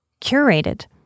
curated